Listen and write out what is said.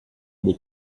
dei